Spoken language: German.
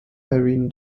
irene